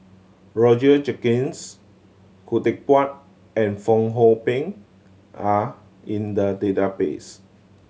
Roger Jenkins Khoo Teck Puat and Fong Hoe Beng are in the database